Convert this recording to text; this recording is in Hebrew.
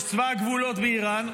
יש צבא הגבולות באיראן,